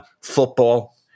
football